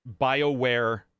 bioware